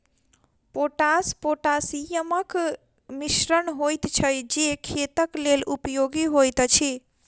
potash पोटासियमक मिश्रण होइत छै जे खेतक लेल उपयोगी होइत अछि